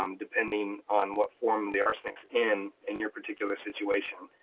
um depending on what form the arsenic's in in your particular situation.